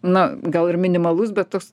na gal ir minimalus bet toks